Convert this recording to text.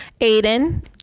Aiden